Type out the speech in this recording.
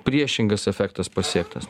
priešingas efektas pasiektas